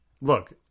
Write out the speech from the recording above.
look